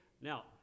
Now